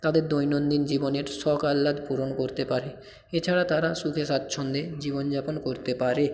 তাদের দৈনন্দিন জীবনের শখ আহ্লাদ পূরণ করতে পারে এছাড়া তারা সুখে স্বাচ্ছন্দ্যে জীবনযাপন করতে পারে